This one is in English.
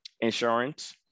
insurance